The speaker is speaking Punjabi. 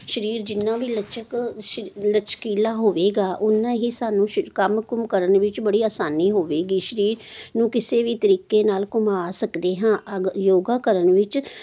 ਸਰੀਰ ਜਿੰਨਾ ਵੀ ਲਚਕ ਸ਼ ਲਚਕੀਲਾ ਹੋਵੇਗਾ ਉੰਨਾ ਹੀ ਸਾਨੂੰ ਸ਼ ਕੰਮ ਕੁੰਮ ਕਰਨ ਵਿੱਚ ਬੜੀ ਆਸਾਨੀ ਹੋਵੇਗੀ ਸਰੀਰ ਨੂੰ ਕਿਸੇ ਵੀ ਤਰੀਕੇ ਨਾਲ ਘੁਮਾ ਸਕਦੇ ਹਾਂ ਅਗਰ ਯੋਗਾ ਕਰਨ ਵਿੱਚ